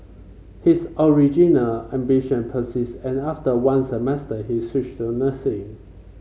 his original ambition persist and after one semester he switched to nursing